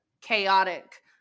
chaotic